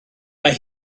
mae